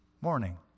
morning